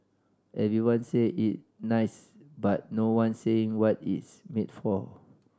everyone say is nice but no one saying what is made for